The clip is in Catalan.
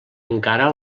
encara